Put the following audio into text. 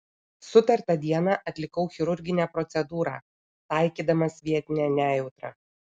sutartą dieną atlikau chirurginę procedūrą taikydamas vietinę nejautrą